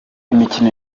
imikino